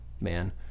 man